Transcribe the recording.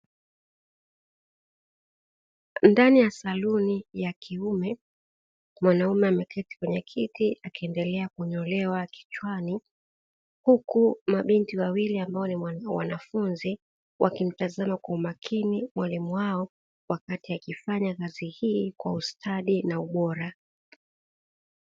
Ndani ya saluni ya kiume, mwanaume ameketi kwenye kiti akiendelea kunyolewa kichwani, huku mabinti wawili ambao ni wanafunzi wakimtazama kwa umakini mwalimu wao, wakati akifanya kazi hii kwa ustadi na ubora.